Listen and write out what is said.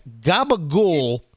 Gabagool